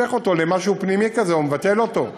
הופך אותו למשהו פנימי כזה או מבטל אותו.